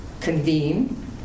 convene